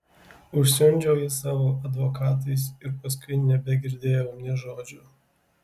užsiundžiau jį savo advokatais ir paskui nebegirdėjau nė žodžio